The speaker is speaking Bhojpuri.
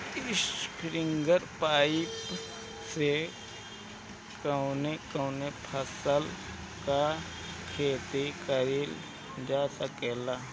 स्प्रिंगलर पाइप से कवने कवने फसल क खेती कइल जा सकेला?